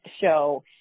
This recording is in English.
show